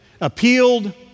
appealed